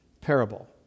parable